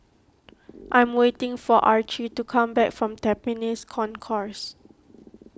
I am waiting for Archie to come back from Tampines Concourse